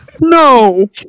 No